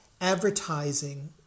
advertising